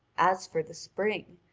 as for the spring,